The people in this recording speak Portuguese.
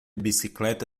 bicicleta